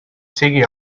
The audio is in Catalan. sigui